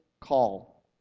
call